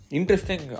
Interesting